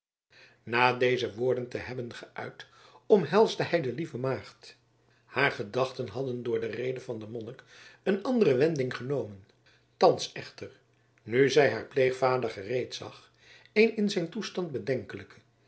na deze woorden te hebben geuit omhelsde hij de lieve maagd haar gedachten hadden door de rede van den monnik een andere wending genomen thans echter nu zij haar pleegvader gereed zag een in zijn toestand bedenkelijken